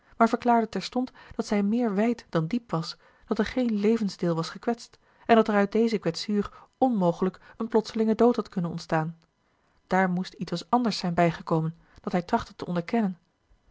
maar verklaarde terstond dat zij meer wijd dan diep was dat er geen levensdeel was gekwetst en dat er uit deze kwetsuur onmogelijk eene plotselinge dood had kunnen ontstaan daar moest ietwes anders zijn bijgekomen dat hij trachtte te onderkennen